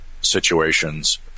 situations